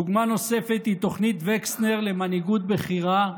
דוגמה נוספת היא תוכנית וקסנר למנהיגות בכירה,